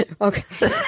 okay